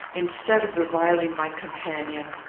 instead of reviling my companion,